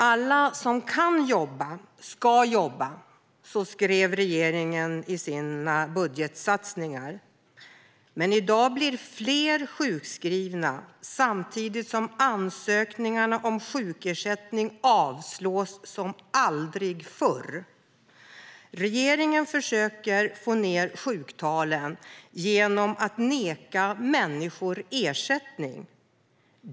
Alla som kan jobba ska jobba. Så skrev regeringen i sina budgetsatsningar. Men i dag blir fler sjukskrivna, samtidigt som ansökningarna om sjukersättning avslås som aldrig förr. Regeringen försöker sänka sjuktalen genom att neka människor ersättning.